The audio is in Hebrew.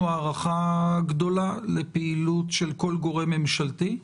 הערכה גדולה לפעילות של כל גורם ממשלתי,